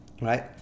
right